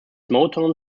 motown